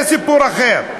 זה סיפור אחר.